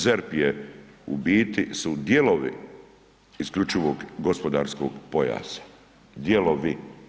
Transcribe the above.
ZERP je u biti su dijelovi isključivog gospodarskog pojasa, dijelovi.